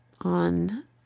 on